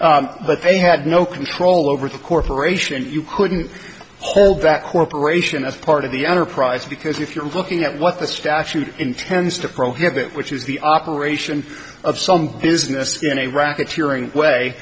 case but they had no control over the corporation and you couldn't hold that corporation as part of the enterprise because if you're looking at what the statute intends to prohibit which is the operation of some business in a racketeering way